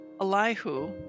Elihu